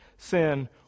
Sin